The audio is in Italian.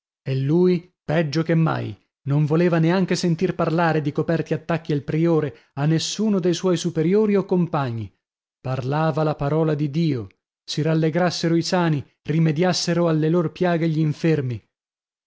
e lui peggio che mai non voleva neanche sentir parlare di coperti attacchi al priore a nessuno dei suoi superiori o compagni parlava la parola di dio si rallegrassero i sani rimediassero alle lor piaghe gì'infermi